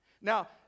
Now